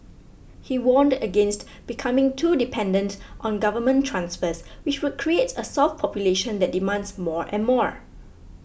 he warned against becoming too dependent on government transfers which would create a soft population that demands more and more